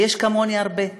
ויש כמוני הרבה.